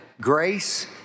grace